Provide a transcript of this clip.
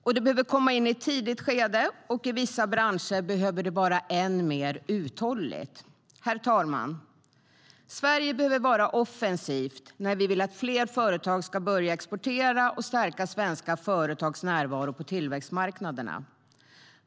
Detta behöver komma in i ett tidigt skede, och i vissa branscher behöver det vara än mer uthålligt. Herr ålderspresident! Sverige behöver vara offensivt när vi vill att fler företag ska börja exportera och stärka svenska företags närvaro på tillväxtmarknaderna.